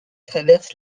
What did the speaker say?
traverse